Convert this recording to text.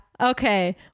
Okay